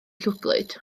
llwglyd